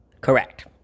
correct